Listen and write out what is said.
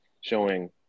showing